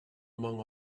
among